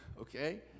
okay